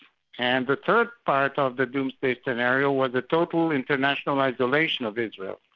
and the third part of the doomsday scenario was a total international isolation of israel.